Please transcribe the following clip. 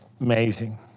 Amazing